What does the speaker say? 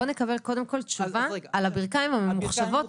בוא ונקבל תשובות על הברכיים הממוחשבות.